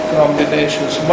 combinations